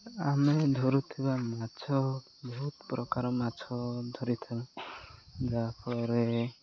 ଆମେ ଧରୁଥିବା ମାଛ ବହୁତ ପ୍ରକାର ମାଛ ଧରିଥାଉ ଯାହା ଫଳରେ